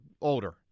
older